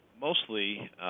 mostly –